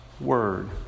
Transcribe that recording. Word